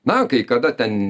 na kai kada ten